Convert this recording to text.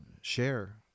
share